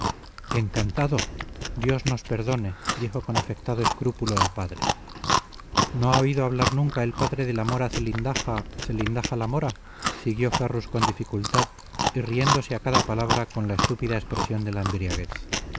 encantado dios nos perdone dijo con afectado escrúpulo el padre no ha oído hablar nunca el padre de la mora zelindaja zelindaja la mora siguió ferrus con dificultad y riéndose a cada palabra con la estúpida expresión de